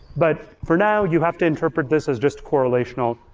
but for now you have to interpret this as just correlational,